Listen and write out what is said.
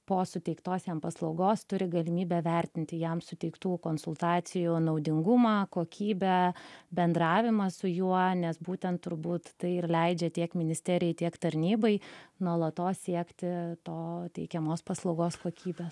po suteiktos jam paslaugos turi galimybę vertinti jam suteiktų konsultacijų naudingumą kokybę bendravimą su juo nes būtent turbūt tai ir leidžia tiek ministerijai tiek tarnybai nuolatos siekti to teikiamos paslaugos kokybės